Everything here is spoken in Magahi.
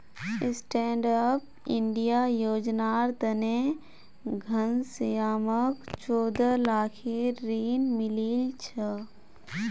स्टैंडअप इंडिया योजनार तने घनश्यामक चौदह लाखेर ऋण मिलील छ